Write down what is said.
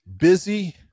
busy